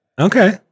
okay